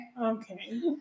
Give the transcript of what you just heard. Okay